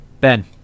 ben